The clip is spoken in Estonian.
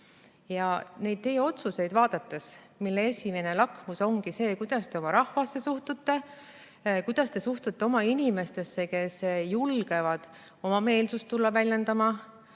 Neid otsuseid vaadates, mille esimene lakmus ongi see, kuidas te oma rahvasse suhtute, kuidas te suhtute oma inimestesse, kes julgevad oma meelsust tulla väljendama,